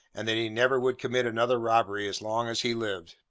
and that he never would commit another robbery as long as he lived.